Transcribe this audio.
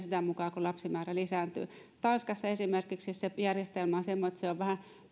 sitä mukaa kun lapsimäärä lisääntyy tanskassa esimerkiksi se järjestelmä on semmoinen että se on vähän